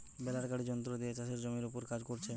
বেলার গাড়ি যন্ত্র দিয়ে চাষের জমির উপর কাজ কোরছে